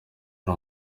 ari